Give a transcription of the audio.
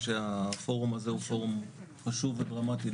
הפורום הזה הוא פורום חשוב ודרמטי כדי